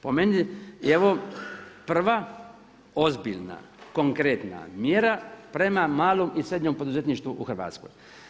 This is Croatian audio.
Po meni evo prva ozbiljna konkretna mjera prema malom i srednjem poduzetništvu u Hrvatskoj.